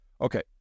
Okay